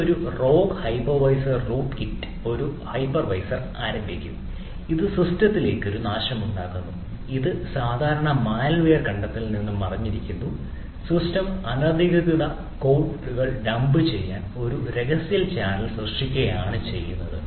അവിടെ ഒരു rogue hypervisor root കിറ്റുകൾ ചെയ്യാൻ ഒരു രഹസ്യ ചാനൽ സൃഷ്ടിക്കുക ആണ് ചെയ്യുന്നത്